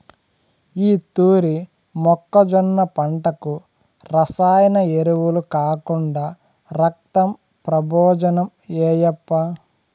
ఈ తూరి మొక్కజొన్న పంటకు రసాయన ఎరువులు కాకుండా రక్తం ప్రబోజనం ఏయప్పా